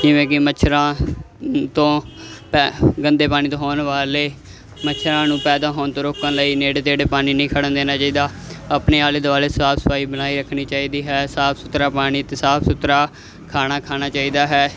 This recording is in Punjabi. ਜਿਵੇਂ ਕਿ ਮੱਛਰਾਂ ਤੋਂ ਪੈ ਗੰਦੇ ਪਾਣੀ ਤੋਂ ਹੋਣ ਵਾਲੇ ਮੱਛਰਾਂ ਨੂੰ ਪੈਦਾ ਹੋਣ ਤੋਂ ਰੋਕਣ ਲਈ ਨੇੜੇ ਤੇੜੇ ਪਾਣੀ ਨਹੀਂ ਖੜਨ ਦੇਣਾ ਚਾਹੀਦਾ ਆਪਣੇ ਆਲੇ ਦੁਆਲੇ ਸਾਫ਼ ਸਫਾਈ ਬਣਾਈ ਰੱਖਣੀ ਚਾਹੀਦੀ ਹੈ ਸਾਫ਼ ਸੁਥਰਾ ਪਾਣੀ ਅਤੇ ਸਾਫ਼ ਸੁਥਰਾ ਖਾਣਾ ਖਾਣਾ ਚਾਹੀਦਾ ਹੈ